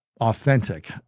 authentic